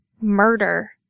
murder